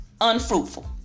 unfruitful